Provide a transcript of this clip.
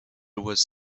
was